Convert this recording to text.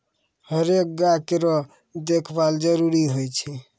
हरेक गाय केरो देखभाल जरूरी होय छै